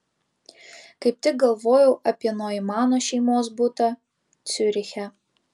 kaip tik galvojau apie noimano šeimos butą ciuriche